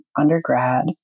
undergrad